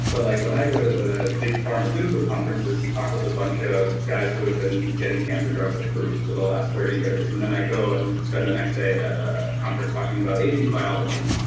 but like when when i go to the big pharmaceutical conferences and talk with a bunch of guys who have been getting cancer drugs approved for the last thirty years, and then i go and spend the next day at a conference talking about aging biology,